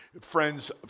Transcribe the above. friends